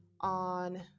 on